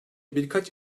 birkaç